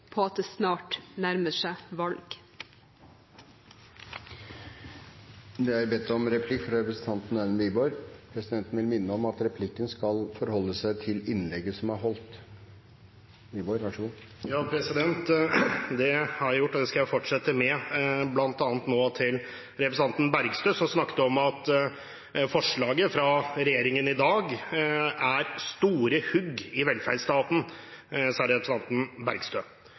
på at det snart nærmer seg valg. Representanten Erlend Wiborg har bedt om replikk, og det blir replikkordskifte. Presidenten vil minne om at replikken skal forholde seg til innlegget som er holdt. Det har jeg gjort, og det skal jeg fortsette med, bl.a. nå til representanten Bergstø, som snakket om at forslaget fra regjeringen i dag er store hugg i velferdsstaten.